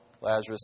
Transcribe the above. Lazarus